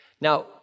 Now